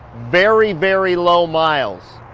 very, very low miles.